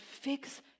fix